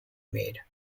made